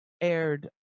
aired